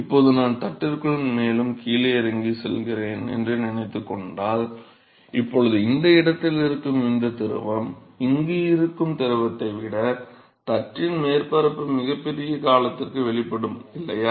இப்போது நான் தட்டிற்குள் மேலும் கீழிறங்கிச் செல்கிறேன் என்று நினைத்துக் கொண்டால் இப்போது இந்த இடத்தில் இருக்கும் இந்த திரவம் இங்கு இருக்கும் திரவத்தை விட தட்டின் மேற்பரப்பில் மிகப் பெரிய காலத்திற்கு வெளிப்படும் இல்லையா